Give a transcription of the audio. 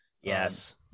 Yes